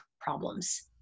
problems